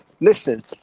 listen